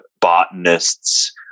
botanists